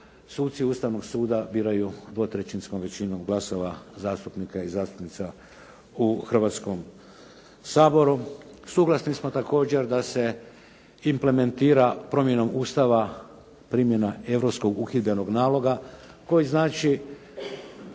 suci Ustavnog suda biraju dvotrećinskom većinom glasova zastupnika i zastupnica u Hrvatskom saboru. Suglasni smo također da se implementira promjenom Ustava primjena europskog uhidbenog naloga koji znači